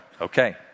Okay